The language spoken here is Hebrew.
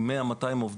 עם 100 200 עובדים,